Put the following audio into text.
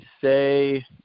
say